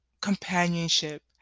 companionship